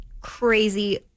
crazy